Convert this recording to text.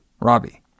Robbie